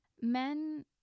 men